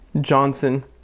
Johnson